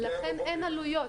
אין עלויות.